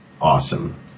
awesome